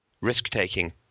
risk-taking